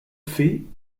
fait